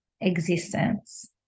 existence